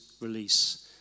release